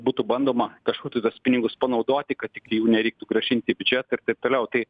būtų bandoma kažkur tai tuos pinigus panaudoti kad tiktai jų nereiktų grąžinti į biudžetą ir taip toliau tai